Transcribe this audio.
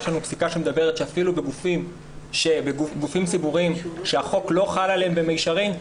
יש לנו פסיקה שמדברת שאפילו בגופים ציבוריים שהחוק לא חל עליהם במישרין,